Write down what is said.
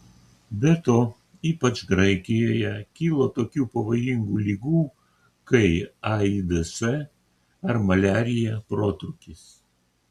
be to ypač graikijoje kilo tokių pavojingų ligų kai aids ar maliarija protrūkis